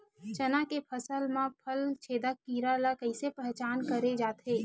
चना के फसल म फल छेदक कीरा ल कइसे पहचान करे जाथे?